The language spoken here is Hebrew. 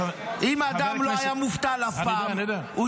אם אדם לא היה מובטל אף פעם,